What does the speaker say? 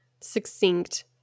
succinct